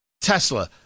Tesla